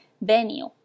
Venue